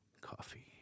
coffee